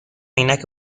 عینک